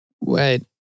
Wait